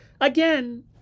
again